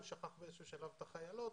הוא שכח באיזשהו שלב את החיילות.